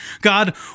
God